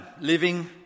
living